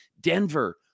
Denver